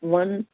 one